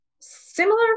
similar